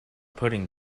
putting